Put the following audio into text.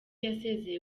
yasezeye